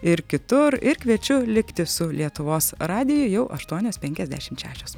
ir kitur ir kviečiu likti su lietuvos radiju jau aštuonios penkiasdešimt šešios